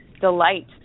delight